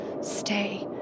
stay